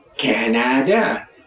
Canada